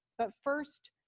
but first,